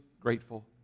grateful